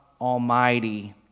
Almighty